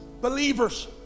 Believers